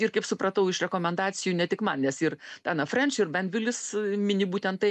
ir kaip supratau iš rekomendacijų ne tik man nes ir tena frenč ir benvilis mini būtent tai